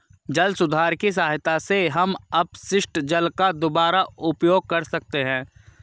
जल सुधार की सहायता से हम अपशिष्ट जल का दुबारा उपयोग कर सकते हैं